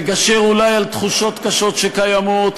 לגשר אולי על תחושות קשות שקיימות,